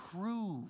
prove